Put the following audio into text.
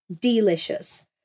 delicious